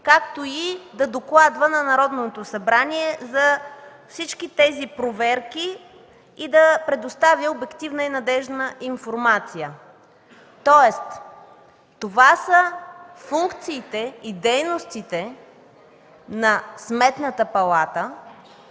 както и да докладва на Народното събрание за всички тези проверки и да предоставя обективна и надеждна информация. Това са функциите и дейностите на Сметната палата,